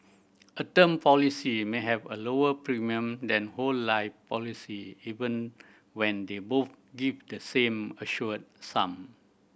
a term policy may have a lower premium than whole life policy even when they both give the same assured sum